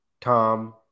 Tom